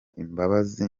imbabazi